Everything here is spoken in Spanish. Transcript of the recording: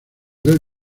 del